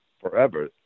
forever